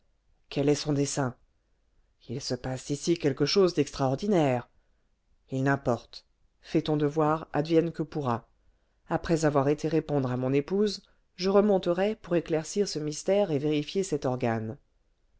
quel est son dessein il se passe ici quelque chose d'extraordinaire il n'importe fais ton devoir advienne que pourra après avoir été répondre à mon épouse je remonterai pour éclaircir ce mystère et vérifier cet organe